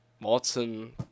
Watson